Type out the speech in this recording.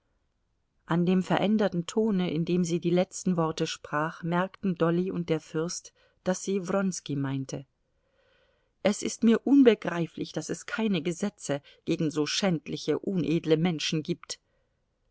an dem veränderten tone in dem sie die letzten worte sprach merkten dolly und der fürst daß sie wronski meinte es ist mir unbegreiflich daß es keine gesetze gegen so schändliche unedle menschen gibt